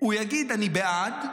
הוא יגיד: אני בעד,